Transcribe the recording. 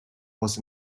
was